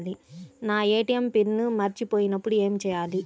నా ATM PIN మరచిపోయినప్పుడు ఏమి చేయాలి?